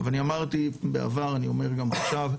אני אמרתי בעבר, אני אומר גם עכשיו,